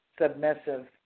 submissive